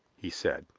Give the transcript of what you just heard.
he said.